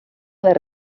les